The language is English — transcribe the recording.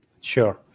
Sure